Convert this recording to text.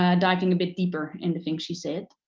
ah diving a bit deeper in the things she said.